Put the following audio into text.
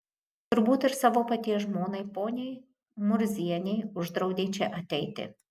turbūt ir savo paties žmonai poniai murzienei uždraudė čia ateiti